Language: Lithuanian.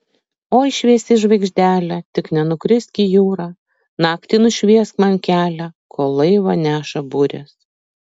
oi šviesi žvaigždele tik nenukrisk į jūrą naktį nušviesk man kelią kol laivą neša burės